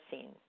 seen